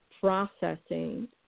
processing